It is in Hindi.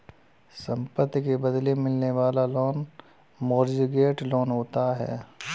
संपत्ति के बदले मिलने वाला लोन मोर्टगेज लोन होता है